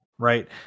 Right